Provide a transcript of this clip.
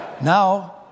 now